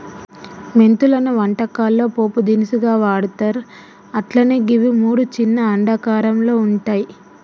మెంతులను వంటకాల్లో పోపు దినుసుగా వాడ్తర్ అట్లనే గివి మూడు చిన్న అండాకారంలో వుంటయి